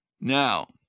Now